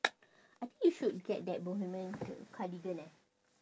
I think you should get that bohemian ke~ cardigan eh